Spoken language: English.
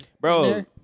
Bro